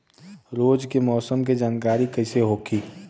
रोज के मौसम के जानकारी कइसे होखि?